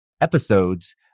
episodes